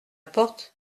porte